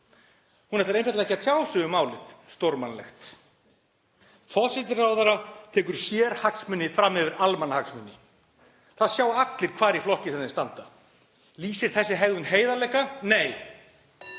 Hún ætlar einfaldlega ekki að tjá sig um málið. Stórmannlegt. Forsætisráðherra tekur sérhagsmuni fram yfir almannahagsmuni. Það sjá allir, hvar í flokki sem þeir standa. Lýsir þessi hegðun heiðarleika? Nei,